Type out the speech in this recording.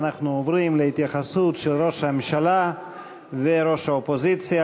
אנחנו עוברים להתייחסות של ראש הממשלה וראש האופוזיציה.